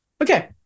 Okay